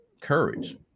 courage